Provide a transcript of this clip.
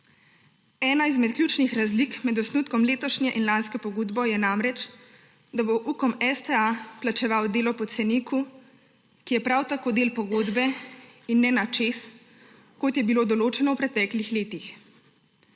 Ena izmed ključnih razlik med osnutkom letošnje in lanske pogodbe je namreč, da bo Ukom STA plačeval delo po ceniku, ki je prav tako del pogodbe in ne na čez, kot je bilo določeno v preteklih letih.